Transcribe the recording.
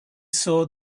saw